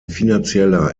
finanzieller